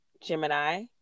Gemini